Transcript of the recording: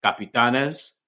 Capitanes